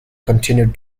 continued